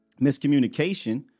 miscommunication